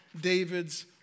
David's